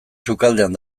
sukaldean